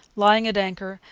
lying at anchor,